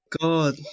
God